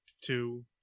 two